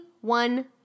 one